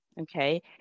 okay